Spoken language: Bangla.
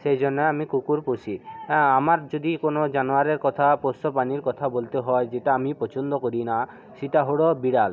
সেই জন্য আমি কুকুর পুষি আমার যদি কোনো জানোয়ারের কথা পোষ্য প্রাণীর কথা বলতে হয় যেটা আমি পছন্দ করি না সেটা হলো বিড়াল